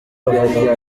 bavuga